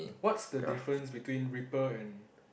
what's the difference between ripple and